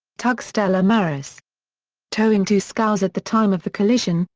tug stella maris towing two scows at the time of the collision,